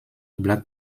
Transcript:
black